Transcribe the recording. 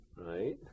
right